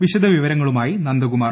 വിശദ വിവരങ്ങളുമായി നന്ദകുമാർ